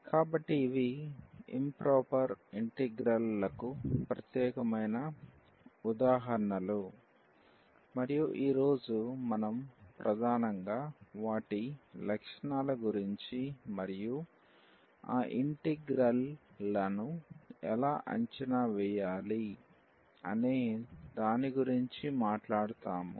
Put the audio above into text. కాబట్టి ఇవి improper integral లకు ప్రత్యేకమైన ఉదాహరణలు మరియు ఈ రోజు మనం ప్రధానంగా వాటి లక్షణాల గురించి మరియు ఆ ఇంటిగ్రల్ లను ఎలా అంచనా వేయాలి అనే దాని గురించి మాట్లాడుతాము